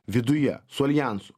viduje su aljansu